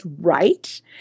right